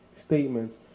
statements